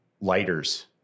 lighters